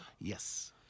Yes